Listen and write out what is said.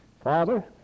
Father